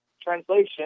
translation